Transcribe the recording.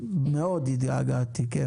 לנו שני